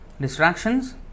distractions